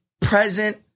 present